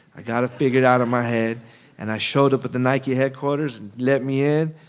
i got to figure it out in my head and i showed up at the nike headquarters and let me in,